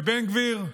ובן גביר,